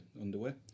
underwear